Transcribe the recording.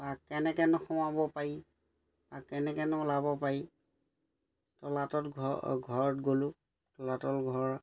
বা কেনেকৈনো সোমাব পাৰি বা কেনেকেৈনো ওলাব পাৰি তলাতল ঘৰ ঘৰত গ'লোঁ তলাতল ঘৰ